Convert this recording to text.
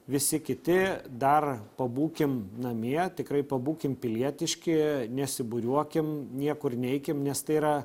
visi kiti dar pabūkim namie tikrai pabūkim pilietiški nesibūriuokim niekur neikim nes tai yra